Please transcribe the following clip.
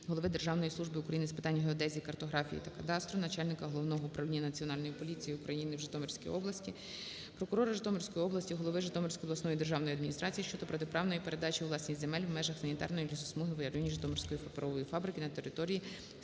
голови Державної служби України з питань геодезії, картографії та кадастру, начальника Головного управління Національної поліції України в Житомирській області, прокурора Житомирської області, голови Житомирської обласної державної адміністрації щодо протиправної передачі у власність земель в межах санітарної лісосмуги в районі Житомирської паперової фабрики на території Станишівської